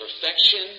perfection